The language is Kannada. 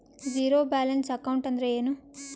ಝೀರೋ ಬ್ಯಾಲೆನ್ಸ್ ಅಕೌಂಟ್ ಅಂದ್ರ ಏನು?